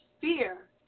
fear